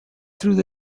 through